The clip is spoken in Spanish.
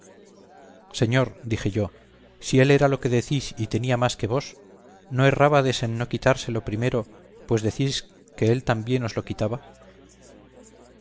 señor dije yo si él era lo que decís y tenía más que vos no errábades en no quitárselo primero pues decís que él también os lo quitaba